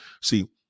See